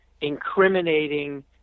incriminating